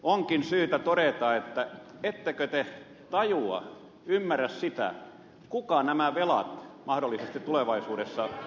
onkin syytä todeta että ettekö te tajua ymmärrä sitä kuka nämä velat mahdollisesti tulevaisuudessa maksaa